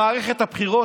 במערכת הבחירות,